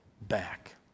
back